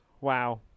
Wow